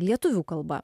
lietuvių kalba